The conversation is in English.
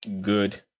good